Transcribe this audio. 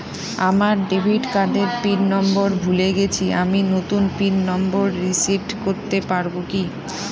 আমার ডেবিট কার্ডের PIN number ভুলে গেছি আমি নূতন পিন নম্বর রিসেট করতে পারবো কি?